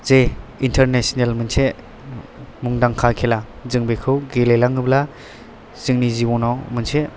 जे इन्टारनेसनेल मोनसे मुंदांखा खेला जों बेखौ गेलेलाङोब्ला जोंनि जिबनाव मोनसे